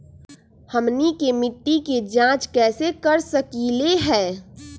हमनी के मिट्टी के जाँच कैसे कर सकीले है?